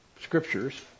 scriptures